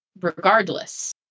regardless